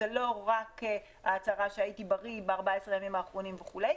זה לא רק הצהרה שהייתי בריא ב-14 הימים האחרונים וכו'.